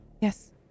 Yes